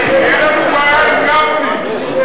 תהיה לנו בעיה עם גפני,